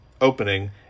opening